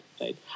right